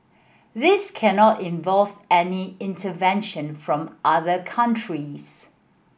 this cannot involve any intervention from other countries